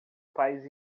país